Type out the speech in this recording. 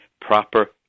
proper